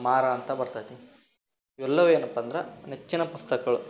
ಮಾರ ಅಂತ ಬರ್ತದೆ ಇವೆಲ್ಲವು ಏನಪ್ಪ ಅಂದ್ರೆ ನೆಚ್ಚಿನ ಪುಸ್ತಕಗಳು